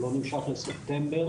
הוא לא נמשך לספטמבר,